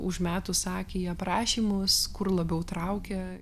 užmetus akį į aprašymus kur labiau traukia